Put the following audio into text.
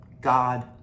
God